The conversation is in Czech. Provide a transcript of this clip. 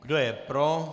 Kdo je pro?